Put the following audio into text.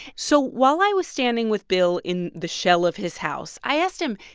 so while i was standing with bill in the shell of his house, i asked him,